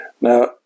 Now